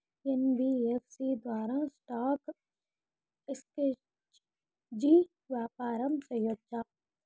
NBFC ద్వారా stock exchange వ్యాపారం సేయొచ్చా?